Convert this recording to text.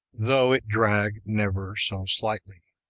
though it drag never so lightly.